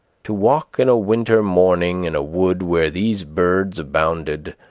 to walk in a winter morning in a wood where these birds abounded,